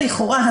לכאורה,